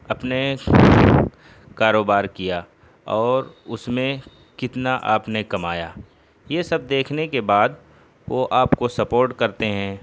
اپنے کاروبار کیا اور اس میں کتنا آپ نے کمایا یہ سب دیکھنے کے بعد وہ آپ کو سپورٹ کرتے ہیں